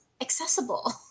accessible